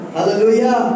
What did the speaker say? Hallelujah